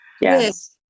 Yes